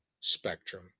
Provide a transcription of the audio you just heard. spectrum